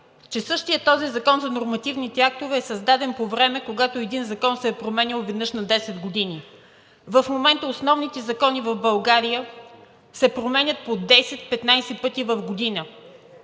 че същият Закон за нормативните актове е създаден по времето, когато един закон се е променял веднъж на десет години. В момента основните закони в България се променят по 10 – 15 пъти в година